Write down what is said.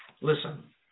Listen